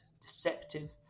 deceptive